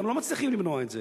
אתם לא מצליחים למנוע את זה.